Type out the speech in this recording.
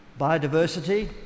Biodiversity